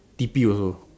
T_P also